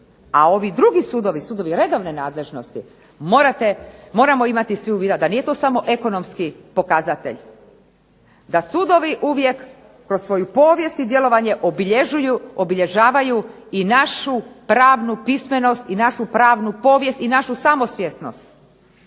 A ovi drugi sudovi, sudovi redovne nadležnosti, moramo imati svi uvida da nije to samo ekonomski pokazatelj, da sudovi uvijek kroz svoju povijest i djelovanje obilježavaju i našu pravnu pismenost i našu pravnu povijest i našu samosvjesnost.